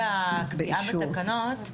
לגבי הקביעה בתקנות,